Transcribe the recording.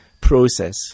process